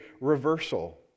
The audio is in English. reversal